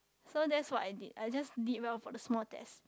so that's what I did I just did well for the small test